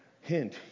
Hint